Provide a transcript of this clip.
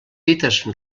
dites